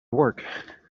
work